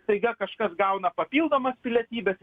staiga kažkas gauna papildomas pilietybes